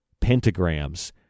pentagrams